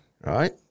Right